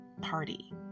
party